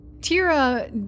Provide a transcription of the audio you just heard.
Tira